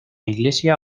iglesia